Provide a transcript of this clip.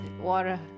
Water